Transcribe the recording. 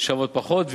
שוות פחות,